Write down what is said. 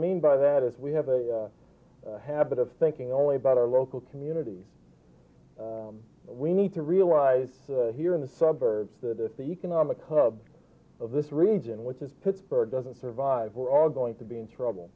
mean by that is we have a habit of thinking only about our local communities we need to realize here in the suburbs that if the economic hub of this region which is pittsburgh doesn't survive or are going to be in trouble